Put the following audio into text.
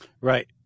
Right